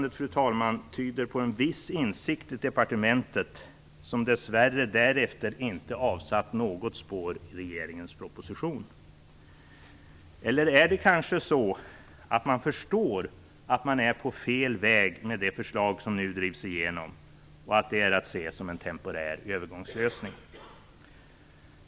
Det yttrandet tyder på en viss insikt i departementet, som dess värre därefter inte avsatt något spår i regeringens proposition. Eller är det kanske så att man förstår att man är på fel väg med det förslag som nu drivs igenom och att det är att se som en temporär övergångslösning?